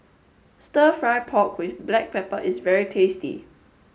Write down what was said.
Stir Fry Pork with Black Pepper is very tasty